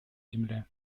земле